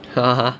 !huh! !huh!